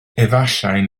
efallai